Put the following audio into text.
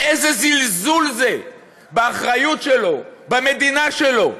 איזה זלזול זה באחריות שלו, במדינה שלו,